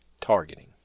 targeting